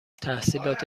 تحصیلات